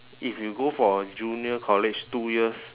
if you go for a junior college two years